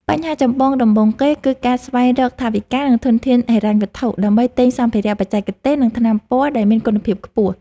បញ្ហាចម្បងដំបូងគេ គឺការស្វែងរកថវិកា និងធនធានហិរញ្ញវត្ថុដើម្បីទិញសម្ភារៈបច្ចេកទេស និងថ្នាំពណ៌ដែលមានគុណភាពខ្ពស់។